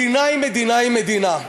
מדינה היא מדינה היא מדינה.